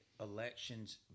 elections